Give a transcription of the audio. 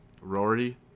Rory